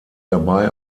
dabei